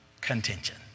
contention